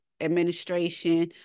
administration